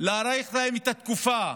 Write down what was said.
להאריך להם את התקופה,